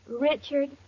Richard